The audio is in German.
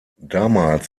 damals